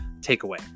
takeaway